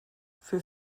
für